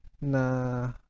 na